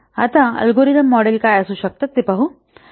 आता algorithm model काय असू शकतात ते पाहू